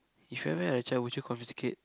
if you ever had a child would you confiscate